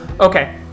okay